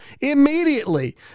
Immediately